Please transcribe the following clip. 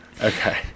Okay